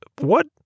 what